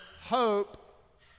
hope